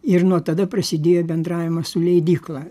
ir nuo tada prasidėjo bendravimas su leidykla